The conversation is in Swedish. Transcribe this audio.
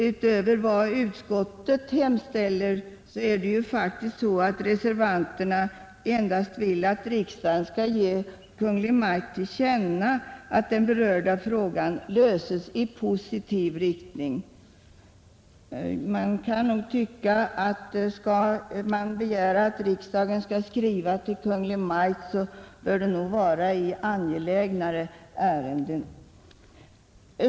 Utöver vad utskottet hemställer vill reservanterna faktiskt endast att riksdagen skall ge Kungl. Maj:t till känna att utskottet förutsätter att den berörda frågan löses i positiv riktning. Man kan nog tycka att skall man begära att riksdagen skriver till Kungl. Maj:t, bör det vara i angelägnare ärenden.